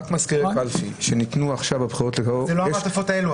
רק מזכירי קלפי -- זה לא המעטפות האלה,